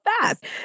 fast